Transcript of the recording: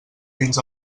fins